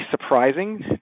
surprising